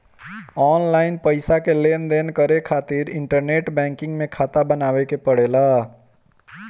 online पईसा के लेनदेन करे खातिर इंटरनेट बैंकिंग में खाता बनावे के पड़ेला